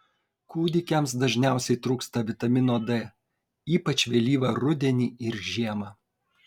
kūdikiams dažniausiai trūksta vitamino d ypač vėlyvą rudenį ir žiemą